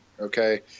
okay